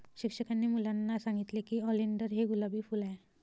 शिक्षकांनी मुलांना सांगितले की ऑलिंडर हे गुलाबी फूल आहे